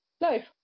life